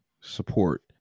support